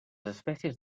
espècies